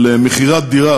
על מכירת דירה